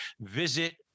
Visit